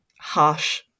harsh